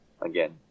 again